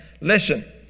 Listen